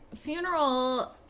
funeral